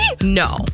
No